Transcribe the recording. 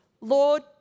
Lord